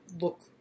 look